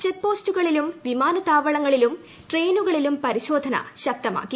check പോസ്റ്റുകളിലും വിമാനത്താവളങ്ങളിലും ട്രെയിനുകളിലും പരിശോധന ശക്തമാക്കി